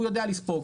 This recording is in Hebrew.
הוא יודע לספוג,